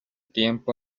tiempo